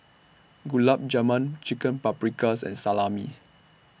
Gulab Jamun Chicken Paprikas and Salami